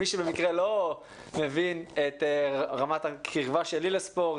מי שבמקרה לא מבין את רמת הקרבה שלי לספורט,